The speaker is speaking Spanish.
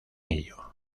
ello